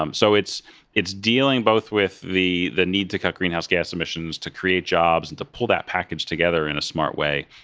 um so it's it's dealing both with the the need to cut greenhouse gas emissions to create jobs and to pull that package together in a smart way,